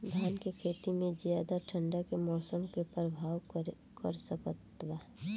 धान के खेती में ज्यादा ठंडा के मौसम का प्रभावित कर सकता बा?